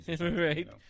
Right